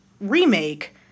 remake